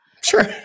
Sure